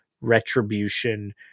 retribution